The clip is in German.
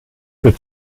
für